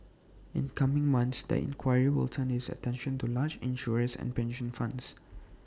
in coming months the inquiry will turn its attention to large insurers and pension funds